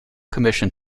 commission